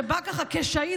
שבא ככה כשהיד,